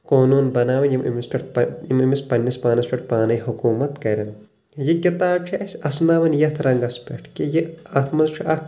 قونون بناوٕنۍ یِم أمِس پٮ۪ٹھ یِم أمِس پننِس پانس پٮ۪ٹھ پانے حکومت کرَن یہِ کِتاب چھِ اسہِ اسناوان یتھ رنٛگس پٮ۪ٹھ کہِ یہِ اتھ منٛز چھُ اکھ